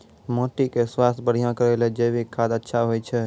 माटी के स्वास्थ्य बढ़िया करै ले जैविक खाद अच्छा होय छै?